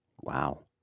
Wow